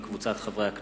לקריאה ראשונה,